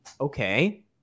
Okay